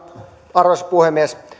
arvoisa puhemies